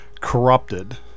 corrupted